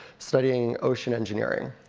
studying ocean engineering.